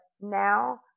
now